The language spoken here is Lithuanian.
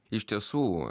iš tiesų